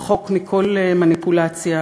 רחוק מכל מניפולציה